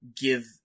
give